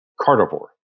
carnivore